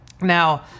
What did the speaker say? Now